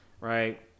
right